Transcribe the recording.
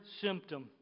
symptom